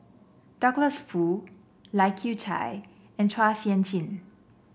Douglas Foo Lai Kew Chai and Chua Sian Chin